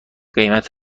قیمت